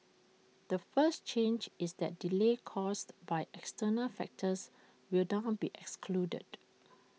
the first change is that delays caused by external factors will down be excluded